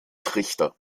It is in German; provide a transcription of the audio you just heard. trichter